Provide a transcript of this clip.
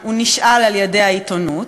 הוא נשאל על-ידי העיתונות,